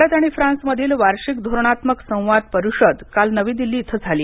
भारत आणि फ्रान्समधील वार्षिक धोरणात्मक संवाद परिषद काल नवी दिल्ली इथं झाली